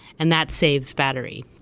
and that saves battery.